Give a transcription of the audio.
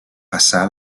passà